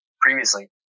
previously